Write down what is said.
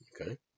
okay